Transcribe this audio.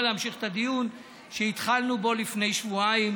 להמשיך את הדיון שהתחלנו בו לפני שבועיים.